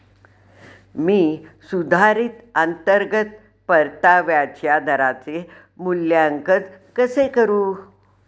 मी सुधारित अंतर्गत परताव्याच्या दराचे मूल्यांकन कसे करू?